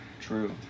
True